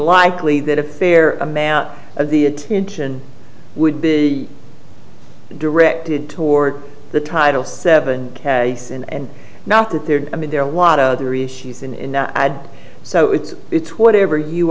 likely that a fair amount of the attention would be directed toward the title seven case and not the third i mean there are a lot of other issues in the ad so it's it's whatever you